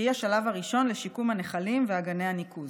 שהיא השלב הראשון בשיקום הנחלים ואגני הניקוז.